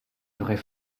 vraie